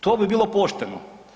To bi bilo pošteno.